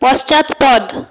পশ্চাৎপদ